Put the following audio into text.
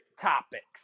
topics